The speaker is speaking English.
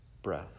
Breath